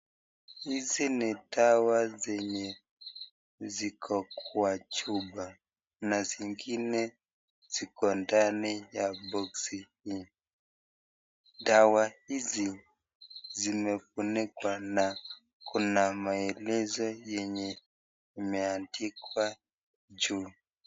Hizi ni dawa zenye ziko kwa chupa na zingine ziko ndani ya boksi hii. Dawa hizi zimefunikwa na kuna maelezo yenye imeandikwa juu.